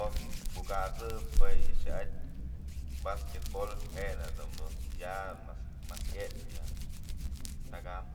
omyë kukasëp jue yë xa'atyë basquetbol je'e nak dun ya mas yepyë ya teka'am.